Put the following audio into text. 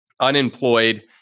unemployed